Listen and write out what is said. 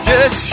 Yes